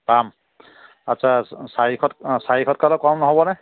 পাম আচ্চা চাৰিশ চাৰিশতকৈ অলপ কম নহ'ব নে